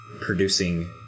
producing